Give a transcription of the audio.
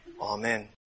Amen